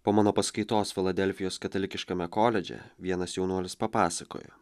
po mano paskaitos filadelfijos katalikiškame koledže vienas jaunuolis papasakojo